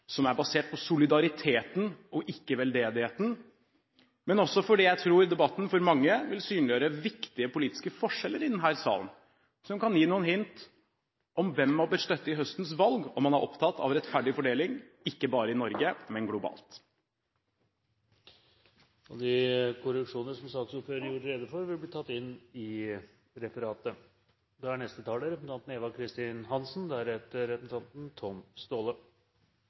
som er basert på solidaritet og ikke veldedighet, og også fordi jeg tror debatten for mange vil synliggjøre viktige politiske forskjeller i denne salen, som kan gi noen hint om hvem man bør støtte i høstens valg om man er opptatt av rettferdig fordeling, ikke bare i Norge, men globalt. De korreksjoner som saksordføreren gjorde rede for, vil bli tatt inn i referatet.